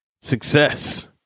success